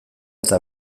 eta